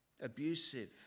abusive